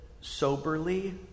soberly